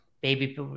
baby